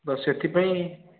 ତ ସେଥିପାଇଁ